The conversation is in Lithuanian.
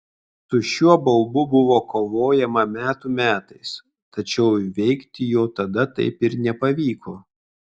su šiuo baubu buvo kovojama metų metais tačiau įveikti jo tada taip ir nepavyko